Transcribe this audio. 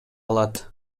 алат